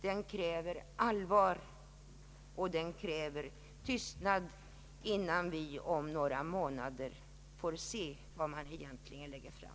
Den kräver allvar, och den kräver tystnad, innan vi om några månader får se det förslag som läggs fram.